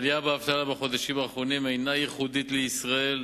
העלייה באבטלה בחודשים האחרונים אינה ייחודית לישראל